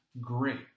great